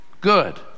Good